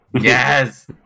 Yes